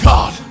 God